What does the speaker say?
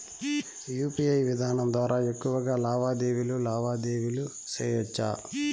UPI విధానం ద్వారా ఎక్కువగా లావాదేవీలు లావాదేవీలు సేయొచ్చా?